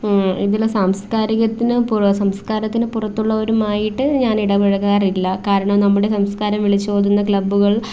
ഇതിൽ സാംസ്കാരികത്തിനു സംസ്കാരത്തിന് പുറത്തുള്ളവരുമായിട്ട് ഞാനിടപഴകാറില്ല കാരണം നമ്മുടെ സംസ്കാരം വിളിച്ചോതുന്ന ക്ലബ്ബുകൾ